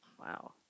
Wow